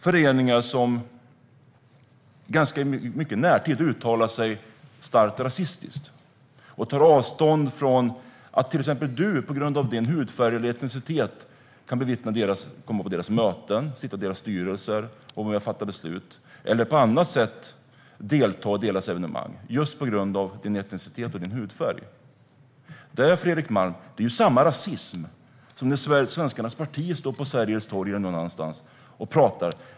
Det kan vara föreningar som i närtid har uttalat sig starkt rasistiskt och som tar avstånd från att till exempel Fredrik Malm utifrån sin hudfärg och etnicitet ska kunna komma på deras möten, sitta i deras styrelser, vara med och fatta beslut eller på annat sätt delta i deras evenemang. Detta, Fredrik Malm, är samma rasism som när Svenskarnas parti står på Sergels torg eller någon annanstans och pratar.